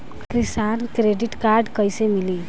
किसान credit card कइसे मिली?